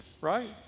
Right